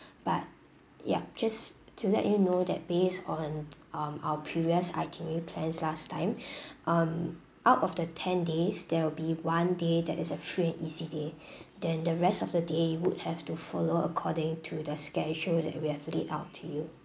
but yup just to let you know that based on um our previous itinerary plans last time um out of the ten days there will be one day that is a free and easy day then the rest of the day would have to follow according to the schedule that we have laid out to you